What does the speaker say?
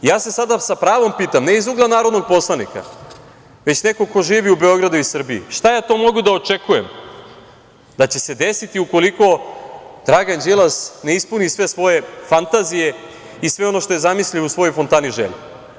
Ja se sada sa pravom pitam ne iz ugla narodnog poslanika, već nekog ko živi u Beogradu i Srbiji šta ja to mogu da očekujem da će se desiti ukoliko Dragan Đilas ne ispuni sve svoje fantazije i sve ono što je zamislio u svojoj fontani želja.